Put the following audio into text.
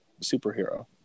superhero